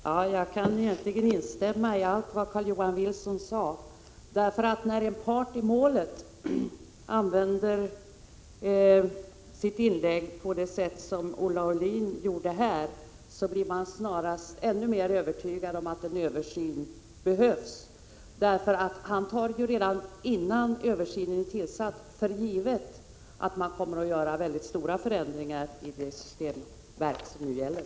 Herr talman! Jag kan egentligen instämma i allt vad Carl-Johan Wilson sade. När en part i målet använder sitt inlägg på det sätt som Olle Aulin gjorde här, blir man snarast ännu mer övertygad om att en översyn behövs. Han tar ju, redan innan utredningen är tillsatt, för givet att man kommer att göra mycket stora förändringar i det regelverk som nu gäller.